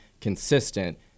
consistent